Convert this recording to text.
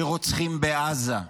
שרוצחים בעזה,